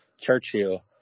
Churchill